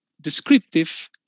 descriptive